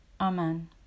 Amen